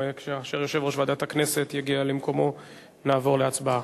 כשיושב-ראש ועדת הכנסת יגיע למקומו נעבור להצבעה.